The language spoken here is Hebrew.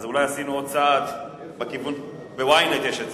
איפה ראית את זה?